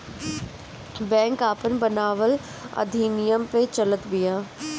bank आपन बनावल अधिनियम पअ चलत बिया